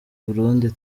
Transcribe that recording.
burundi